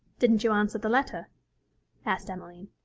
didn't you answer the letter asked emmeline.